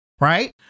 right